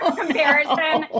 comparison